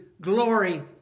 glory